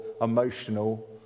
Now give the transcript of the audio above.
emotional